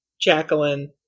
Jacqueline